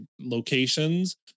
locations